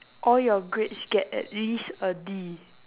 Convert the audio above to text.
all your grades get at least a D